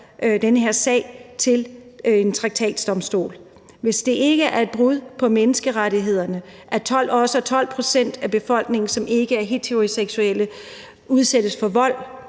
den her sag ved en traktatdomstol. Hvis det ikke er et brud på menneskerettighederne, at 12 pct. af befolkningen, som ikke er heteroseksuelle, udsættes for vold